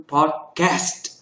Podcast